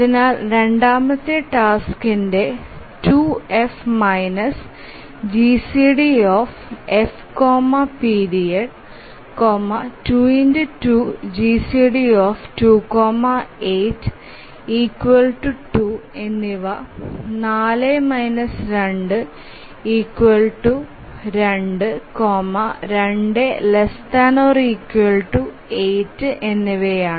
അതിനാൽ രണ്ടാമത്തെ ടാസ്ക്കിന്റെ 2 F GCD F period 2 2 GCD 28 2 എന്നിവ 4 2 2 2 ≤ 8 എന്നിവയാണ്